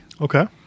Okay